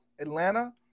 Atlanta